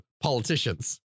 politicians